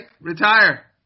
retire